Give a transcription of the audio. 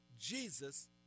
Jesus